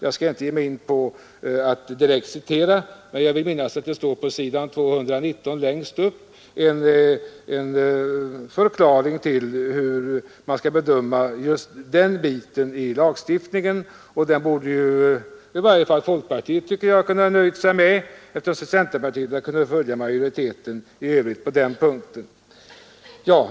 Jag skall inte direkt citera det, men jag vill minnas att det längst upp på s. 219 står en förklaring till hur just den biten i lagstiftningen bör bedömas. Den tycker jag i varje fall att folkpartiet borde ha kunnat nöja sig med, eftersom centerpartiet har kunnat följa majoriteten på den punkten.